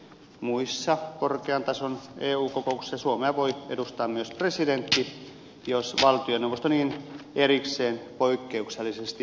muissa korkean tason eu kokouksissa suomea voi edustaa myös presidentti jos valtioneuvosto niin erikseen poikkeuksellisesti päättää